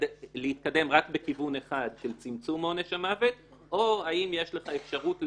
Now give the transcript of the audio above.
להתקדם רק בכיוון אחד של צמצום עונש המוות או האם יש לך אפשרות להרחיב.